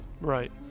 Right